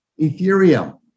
Ethereum